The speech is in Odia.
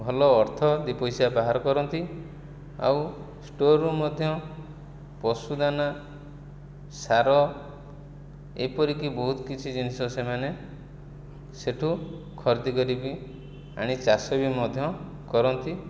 ଭଲ ଅର୍ଥ ଦୁଇ ପଇସା ବାହାର କରନ୍ତି ଆଉ ଷ୍ଟୋରରୁ ମଧ୍ୟ ପଶୁଦାନା ସାର ଏପରିକି ବହୁତ କିଛି ଜିନିଷ ସେମାନେ ସେଠୁ ଖରିଦି କରିକି ଆଣି ଚାଷ ବି ମଧ୍ୟ କରନ୍ତି